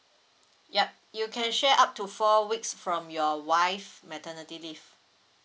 yup you can share up to four weeks from your wife maternity leave